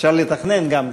אפשר לתכנן גם,